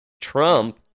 Trump